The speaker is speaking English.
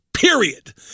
Period